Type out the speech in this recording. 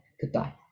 goodbye